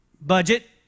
budget